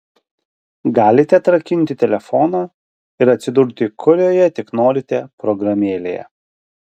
galite atrakinti telefoną ir atsidurti kurioje tik norite programėlėje